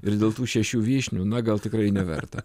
ir dėl tų šešių vyšnių na gal tikrai neverta